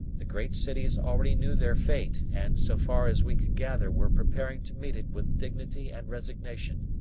the great cities already knew their fate and so far as we could gather were preparing to meet it with dignity and resignation.